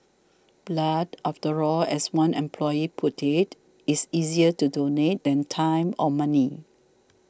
blood after all as one employee put it is easier to donate than time or money